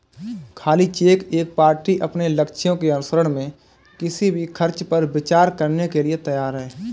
खाली चेक एक पार्टी अपने लक्ष्यों के अनुसरण में किसी भी खर्च पर विचार करने के लिए तैयार है